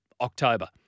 October